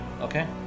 Okay